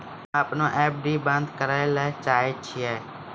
हम्मे अपनो एफ.डी बन्द करै ले चाहै छियै